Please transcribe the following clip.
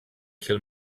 kill